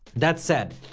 that said,